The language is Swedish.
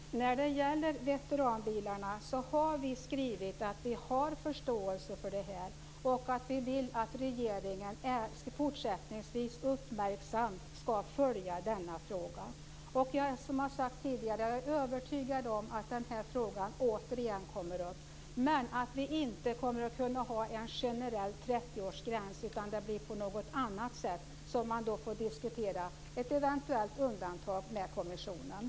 Fru talman! När det gäller veteranbilarna har vi skrivit att vi har förståelse för problemet. Vi vill att regeringen även i fortsättningen uppmärksamt skall följa ärendet. Som jag har sagt tidigare är jag övertygad om att den här frågan återigen skall tas upp. Men vi kommer inte att kunna ha en generell 30-årsgräns, utan det blir en annan lösning som man då får diskutera med kommissionen, eventuellt ett undantag.